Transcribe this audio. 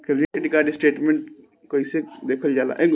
Credit card statement कइसे देखल जाला?